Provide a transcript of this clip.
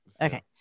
Okay